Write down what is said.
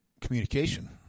communication